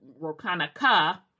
Rokanaka